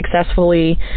successfully